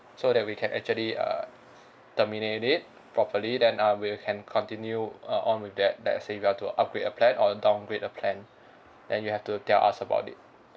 so that we can actually err terminate it properly then uh we can continue uh on with that let's say you are to upgrade a plan or downgrade a plan then you have to tell us about it